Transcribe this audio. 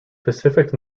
pacific